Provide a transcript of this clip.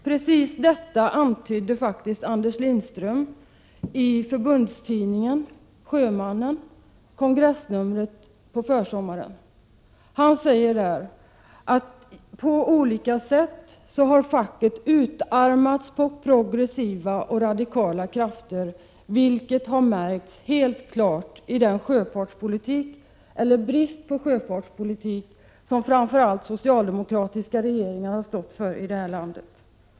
Precis detta antydde faktiskt Anders Lindström på försommaren i kongressnumret av förbundstidningen Sjömannen. Han säger att facket utarmats på progressiva och radikala krafter, vilket har märkts helt klart i den sjöfartspolitik, eller brist på sjöfartspolitik, som framför allt socialdemokratiska regeringar har stått för i det här landet.